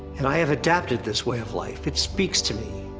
and i have adapted this way of life, it speaks to me.